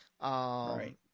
right